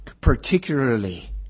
Particularly